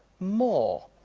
more?